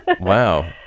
wow